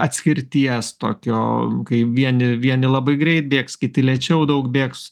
atskirties tokio kai vieni vieni labai greit bėgs kiti lėčiau daug bėgs